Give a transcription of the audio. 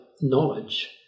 knowledge